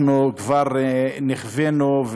אנחנו כבר נכווינו,